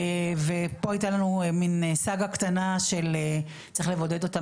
ופה היתה לנו מן סאגה קטנה של צריך לבודד אותם,